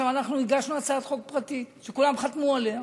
אנחנו הגשנו הצעת חוק פרטית שכולם חתמו עליה.